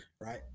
Right